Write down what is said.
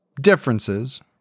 differences